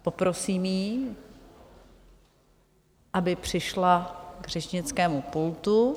Poprosím ji, aby přišla k řečnickému pultu.